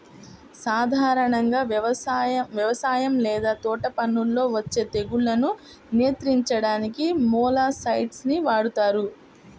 సాధారణంగా వ్యవసాయం లేదా తోటపనుల్లో వచ్చే తెగుళ్లను నియంత్రించడానికి మొలస్సైడ్స్ ని వాడుతారు